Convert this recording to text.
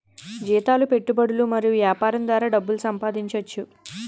జీతాలు పెట్టుబడులు మరియు యాపారం ద్వారా డబ్బు సంపాదించోచ్చు